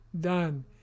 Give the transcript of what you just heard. done